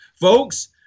Folks